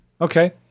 Okay